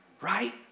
Right